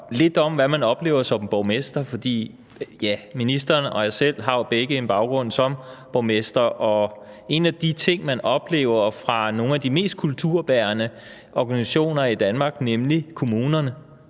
lidt om, hvad man oplever som borgmester. Ministeren og jeg selv har jo begge en baggrund som borgmestre, og en af de ting, man oplever fra nogle af de mest kulturbærende organisationer i Danmark, nemlig kommunerne,